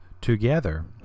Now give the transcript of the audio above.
together